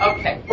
Okay